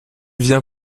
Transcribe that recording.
viens